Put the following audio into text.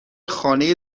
خانه